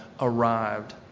arrived